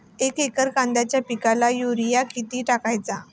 एक एकर कांद्याच्या पिकाला युरिया किती टाकायचा?